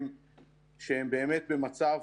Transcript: זה בעיקר לאולמות